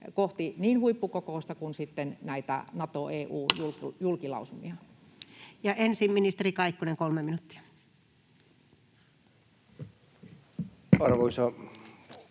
kohti niin huippukokousta kuin näitä Nato—EU-julkilausumia? Ensin ministeri Kaikkonen, 3 minuuttia. Arvoisa puhemies!